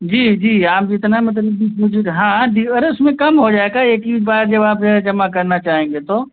जी जी आप जितना मतलब कि जो हाँ अरे उसमें कम हो जाएगा एक ही बार जब आप जमा करना चाहेंगे तो